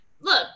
look